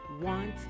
want